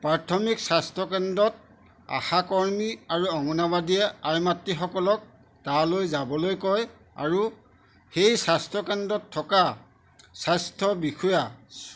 প্ৰাথমিক স্বাস্থ্যকেন্দ্ৰত আশাকৰ্মী আৰু অংগনাবাদীয়ে আইমাত্ৰীসকলক তালৈ যাবলৈ কয় আৰু সেই স্বাস্থ্যকেন্দ্ৰত থকা স্বাস্থ্য বিষয়া